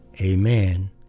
amen